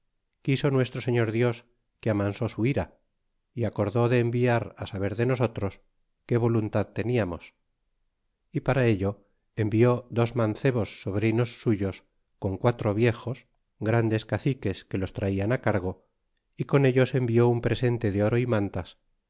quiso nuestro señor dios que amansó su ira y acordó de enviar saber de nosotros que voluntad te'liamos y para ello envió dos mancebos sobrinos suyos con quatro viejos grandes caciques que los traían cargo y con ellos envió un presente de oro y mantas